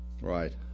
Right